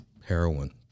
heroin